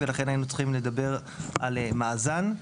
ולכן היינו צריכים לדבר על מאזן.